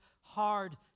hard